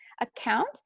account